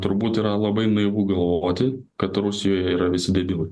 turbūt yra labai naivu galvoti kad rusijoje yra visi debilai